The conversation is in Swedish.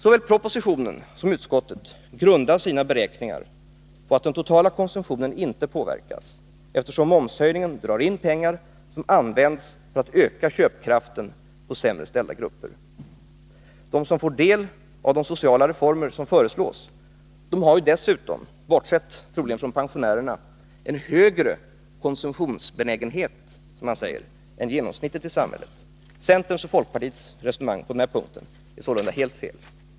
Såväl i propositionen som i utskottets skrivning grundar man sina beräkningar på att den totala konsumtionen inte påverkas, eftersom momshöjningen drar in pengar som används för att öka köpkraften hos sämre ställda grupper. De som får del av de sociala reformer som föreslås har dessutom, troligen bortsett från pensionärerna, en högre konsumtionsbenägenhet än genomsnittet i samhället. Centerns och folkpartiets resonemang på den punkten är sålunda helt fel.